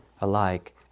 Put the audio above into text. alike